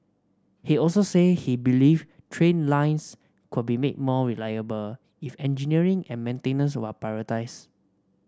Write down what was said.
he also said he believed train lines could be made more reliable if engineering and maintenance were prioritised